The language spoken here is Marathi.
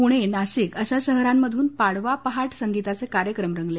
पूर्ण नाशिक अशा शहरांमधून पाडवा पहाट संगीताचे कार्यक्रम रंगले